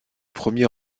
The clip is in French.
premier